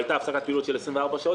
היתה הפסקת פעילות של 24 שעות,